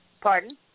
Pardon